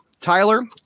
Tyler